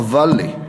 חבל לי.